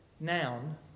Noun